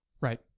Right